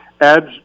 adds